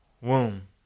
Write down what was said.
womb